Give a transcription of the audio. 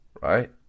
Right